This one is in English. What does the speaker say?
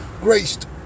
graced